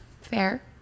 fair